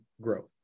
growth